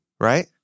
right